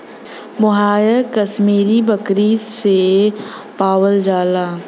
मोहायर कशमीरी बकरी से पावल जाला